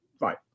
Right